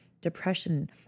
depression